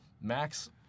Max